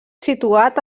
situat